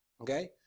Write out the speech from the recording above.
Okay